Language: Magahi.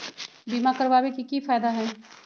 बीमा करबाबे के कि कि फायदा हई?